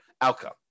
outcome